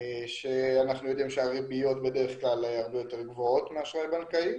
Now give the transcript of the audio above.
שאנחנו יודעים שהריביות בדרך כלל הרבה יותר גבוהות מאשראי בנקאי